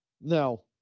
Now